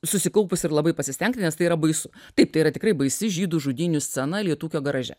susikaupus ir labai pasistengti nes tai yra baisu taip tai yra tikrai baisi žydų žudynių scena lietūkio garaže